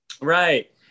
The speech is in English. Right